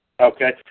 Okay